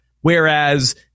Whereas